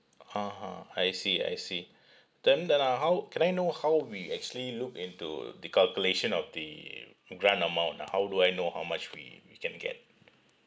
(uh huh) I see I see then then uh how can I know how we actually look into the calculation of the grant amount ah how do I know how much we we can get